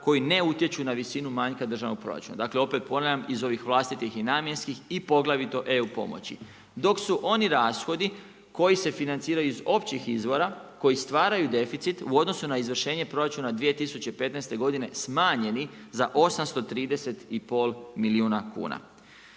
koji ne utječu na visinu manjka državnog proračuna, dakle opet ponavljam iz ovih vlastitih i namjenskih i poglavito eu pomoći, dok su oni rashodi koji se financiraju iz općih izvora koji stvaraju deficit u odnosu na izvršenje proračuna 2015. godine smanjeni za 830,5 milijuna kuna.